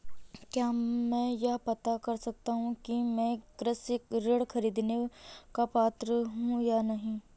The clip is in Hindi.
क्या मैं यह पता कर सकता हूँ कि मैं कृषि ऋण ख़रीदने का पात्र हूँ या नहीं?